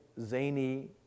zany